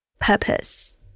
Purpose